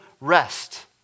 rest